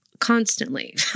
constantly